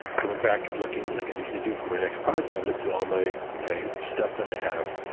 i went back, looking like i usually do for my next project. i looked through all my my stuff that i have.